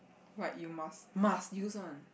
like you must must use one